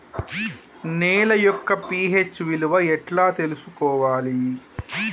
నేల యొక్క పి.హెచ్ విలువ ఎట్లా తెలుసుకోవాలి?